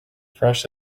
fresh